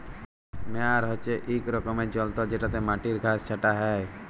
মেয়ার হছে ইক রকমের যল্তর যেটতে মাটির ঘাঁস ছাঁটা হ্যয়